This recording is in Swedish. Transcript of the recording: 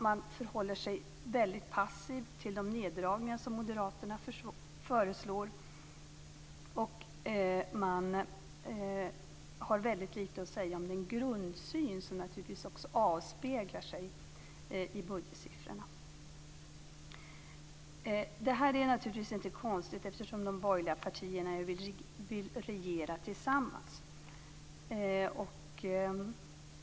Man förhåller sig väldigt passiv till de neddragningar som moderaterna föreslår, och man har väldigt lite att säga om den grundsyn som naturligtvis också avspeglar sig i budgetsiffrorna. Det här är naturligtvis inte konstigt, eftersom de borgerliga partierna vill regera tillsammans.